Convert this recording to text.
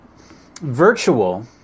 virtual